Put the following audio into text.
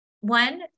One